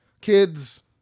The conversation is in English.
Kids